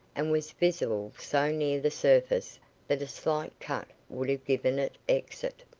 and was visible so near the surface that a slight cut would have given it exit.